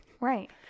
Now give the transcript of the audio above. Right